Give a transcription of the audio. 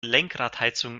lenkradheizung